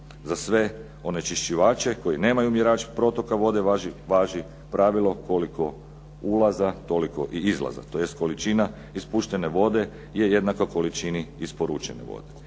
za sve onečišćivače koji nemaju mjerač protoka vode važi pravilo koliko ulaza toliko i izlaza, tj. Količina ispuštene vode je jednaka količini isporučene vode.